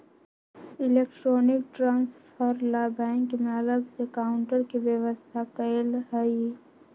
electronic transfer ला bank में अलग से काउंटर के व्यवस्था कएल हई